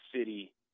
City